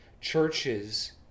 churches